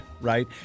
Right